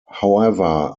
however